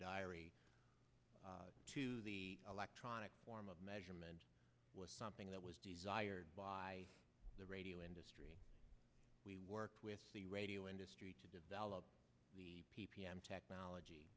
diary to the electronic form of measurement was something that was desired by the radio industry we worked with the radio industry to develop p p m technology